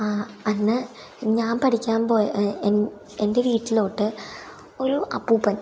അന്ന് ഞാൻ പഠിക്കാൻ പോയ എൻ്റെ വീട്ടിലോട്ട് ഒരു അപ്പൂപ്പൻ